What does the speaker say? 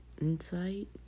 insight